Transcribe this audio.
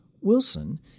Wilson